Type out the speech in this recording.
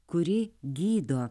kuri gydo